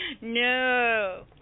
no